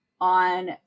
On